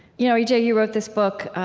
you know e j, you wrote this book,